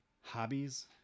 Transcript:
hobbies